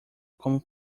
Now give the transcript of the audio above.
como